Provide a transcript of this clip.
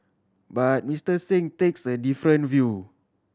but Mister Singh takes a different view